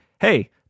hey